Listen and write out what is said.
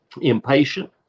impatient